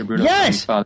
yes